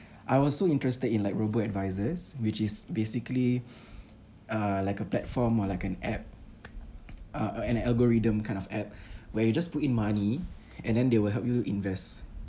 I was so interested in like robo-advisors which is basically uh like a platform or like an app uh an algorithm kind of app where you just put in money and then they will help you invest